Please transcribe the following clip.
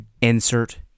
Insert